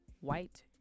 white